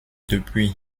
depuis